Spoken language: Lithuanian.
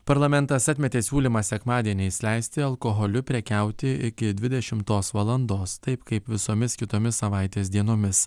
parlamentas atmetė siūlymą sekmadieniais leisti alkoholiu prekiauti iki dvidešimtos valandos taip kaip visomis kitomis savaitės dienomis